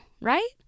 right